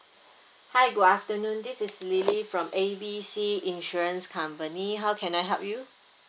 hi good afternoon this is lily from A B C insurance company how can I help you